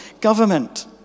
government